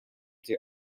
the